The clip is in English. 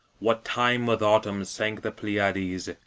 what time with autumn sank the pleiades.